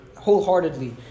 wholeheartedly